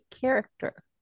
character